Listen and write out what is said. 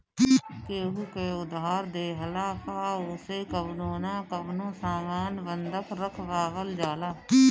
केहू के उधार देहला पअ ओसे कवनो न कवनो सामान बंधक रखवावल जाला